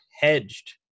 hedged